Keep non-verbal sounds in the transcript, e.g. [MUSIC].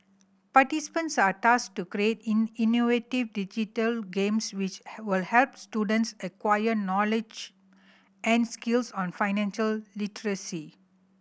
participants are tasked to create [UNINTELLIGIBLE] innovative digital games which will help students acquire knowledge and skills on financial literacy